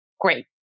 great